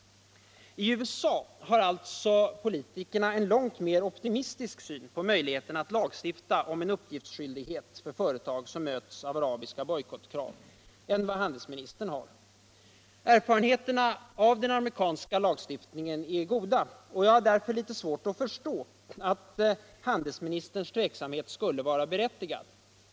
I USA har alltså politikerna en långt mer optimistisk syn på möjligheterna att lagstifta om en uppgiftsskyldighet för företag som möts av arabiska bojkottkrav än vad handelsministern har. Erfarenheterna av den amerikanska lagstuiftningen är goda. Jag har därför litet svårt att förstå, att handelsministerns tveksamhet skulle vara berättigad.